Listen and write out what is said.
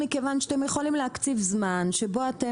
מכיוון שאתם יכולים להקציב זמן שבו אתם